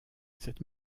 cette